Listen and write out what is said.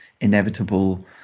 inevitable